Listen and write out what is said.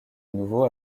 nouveau